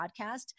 podcast